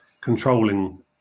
controlling